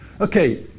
Okay